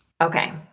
Okay